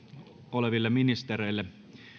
oleville ministerille